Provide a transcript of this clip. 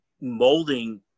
molding